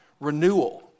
Renewal